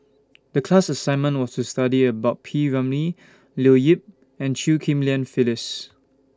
The class assignment was to study about P Ramlee Leo Yip and Chew Ghim Lian Phyllis